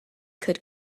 could